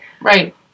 Right